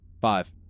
Five